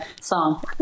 song